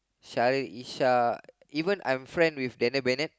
Shariq-Ishah even I'm friend with Daniel-Bennett